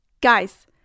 Guys